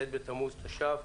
ח' בתמוז התש"ף.